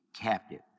captive